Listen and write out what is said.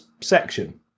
section